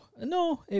No